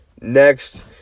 next